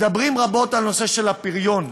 מדברים רבות על הנושא של הפריון,